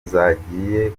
zagiye